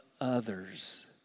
others